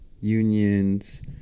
unions